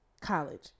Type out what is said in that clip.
college